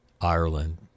Ireland